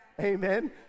Amen